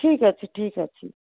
ଠିକ୍ ଅଛି ଠିକ୍ ଅଛି